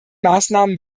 maßnahmen